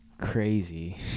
crazy